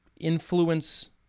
influence